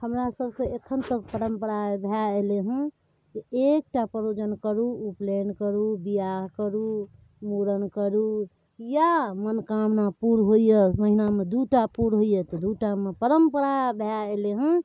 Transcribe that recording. हमरा सबकेँ एखन तक परम्परा भए एलैहँ जे एकटा परोजन करू उपनयन करू बिआह करू मुड़न करू या मनोकामना पुरा होइया महिना मे दूटा पुरा होइया तऽ दूटामे परम्परा भए एलैहँ